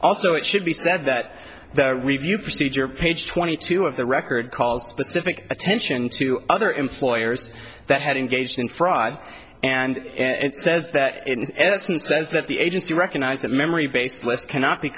also it should be said that the review procedure page twenty two of the record calls specific attention to other employers that had engaged in fraud and says that in essence says that the agency recognized that memory baseless cannot be